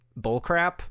bullcrap